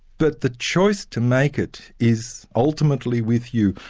but the choice to make it is ultimately with you,